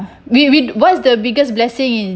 we we what's the biggest blessing in